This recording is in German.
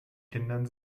kindern